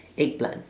eggplant